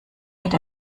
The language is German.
wird